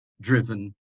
driven